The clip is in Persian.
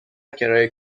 کرایه